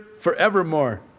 forevermore